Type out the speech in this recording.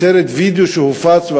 בסרט וידיאו שהופץ,